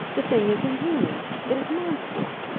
the thing is inhuman! it is monstrous!